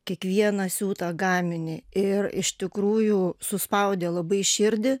kiekvieną siūtą gaminį ir iš tikrųjų suspaudė labai širdį